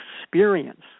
experience